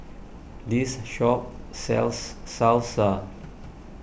this shop sells Salsa